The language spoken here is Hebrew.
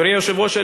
אדוני היושב-ראש,